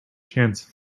chance